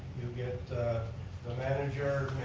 you get the manager